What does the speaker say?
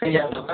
कहिआ देबै